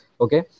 Okay